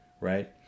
right